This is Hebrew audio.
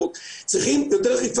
רפפורט, צריכים יותר אכיפה.